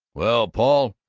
well, paul,